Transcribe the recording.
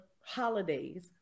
holidays